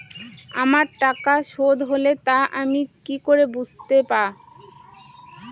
আমার টাকা শোধ হলে তা আমি কি করে বুঝতে পা?